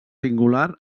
singular